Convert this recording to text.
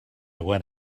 went